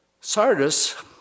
Sardis